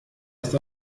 ist